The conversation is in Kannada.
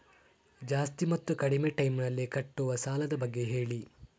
ಜಾಸ್ತಿ ಮತ್ತು ಕಡಿಮೆ ಟೈಮ್ ನಲ್ಲಿ ಕಟ್ಟುವ ಸಾಲದ ಬಗ್ಗೆ ಹೇಳಿ